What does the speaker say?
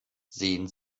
sehen